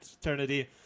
eternity